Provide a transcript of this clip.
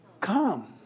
Come